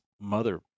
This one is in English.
mother